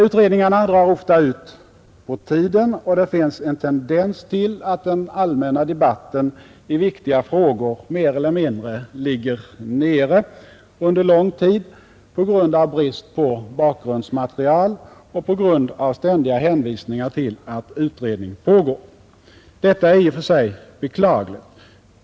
Utredningarna drar ofta ut på tiden, och det finns en tendens till att den allmänna debatten i viktiga frågor mer eller mindre ligger nere under lång tid på grund av brist på bakgrundsmaterial och på grund av ständiga hänvisningar till att utredning pågår. Detta är i och för sig beklagligt.